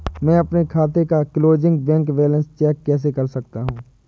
मैं अपने खाते का क्लोजिंग बैंक बैलेंस कैसे चेक कर सकता हूँ?